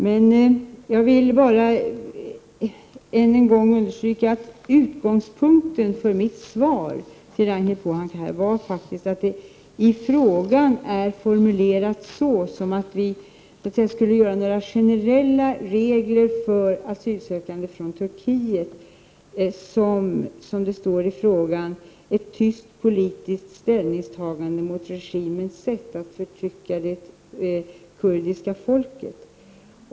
Därutöver vill jag än en gång understryka att utgångspunkten för mitt svar var att frågan var formulerad som om vi på något sätt borde införa generella regler för behandlingen av asylsökande från Turkiet. Det vore, som det står i frågan, ”ett tyst politiskt ställningstagande mot regimens sätt att förtrycka det kurdiska folket”.